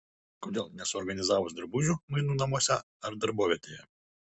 kodėl nesuorganizavus drabužių mainų namuose ar darbovietėje